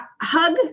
Hug